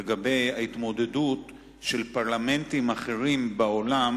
לגבי ההתמודדות של פרלמנטים אחרים בעולם